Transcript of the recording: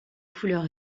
couleurs